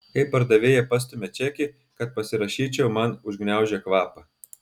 kai pardavėja pastumia čekį kad pasirašyčiau man užgniaužia kvapą